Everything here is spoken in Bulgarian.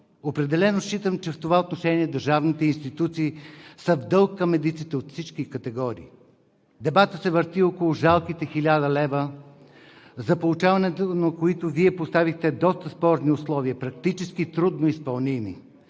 Определено считам, че в това отношение държавните институции са в дълг към медиците от всички категории. Дебатът се върти около жалките 1000 лв., за получаването на които Вие поставихте доста спорни условия, практически трудно изпълними.